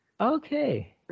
Okay